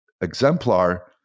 exemplar